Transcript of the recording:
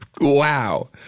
Wow